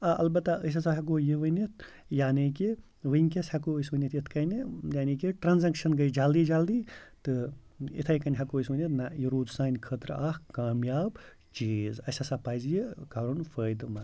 آ البتہ أسۍ ہَسا ہیٚکو یہِ ؤنِتھ یعنی کہِ وٕنکٮ۪س ہیٚکو أسۍ وٕنِتھ یِتھ کٔنہِ یعنی کہِ ٹرٛانزیکشَن گٔیٚے جلدی جلدی تہٕ اِتھَے کٔنۍ ہیٚکو أسۍ ؤںِتھ نہ یہِ روٗد سانہِ خٲطرٕ اَکھ کامیاب چیٖز اَسہِ ہَسا پَزِ یہِ کَرُن فٲیِدٕ مَند